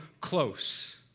close